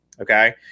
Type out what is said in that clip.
Okay